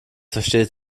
versteht